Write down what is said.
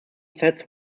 sets